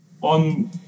on